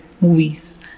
Movies